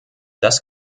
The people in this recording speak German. das